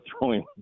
throwing